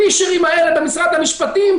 אבל הפישרים האלה במשרד המשפטים,